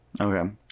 okay